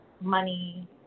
money